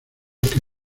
que